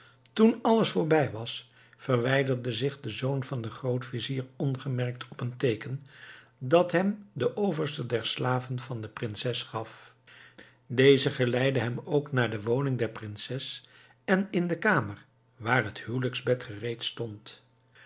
toen alles voorbij was verwijderde zich de zoon van den grootvizier ongemerkt op een teeken dat hem de overste der slaven van de prinses gaf deze geleidde hem ook naar de woning der prinses en in de kamer waar het huwelijksbed gereed stond